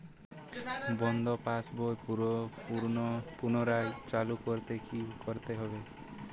বন্ধ পাশ বই পুনরায় চালু করতে কি করতে হবে?